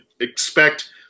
expect